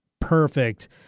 perfect